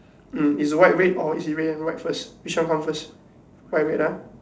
mm is a white red or is it red and white first which one comes first white red ah